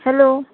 hello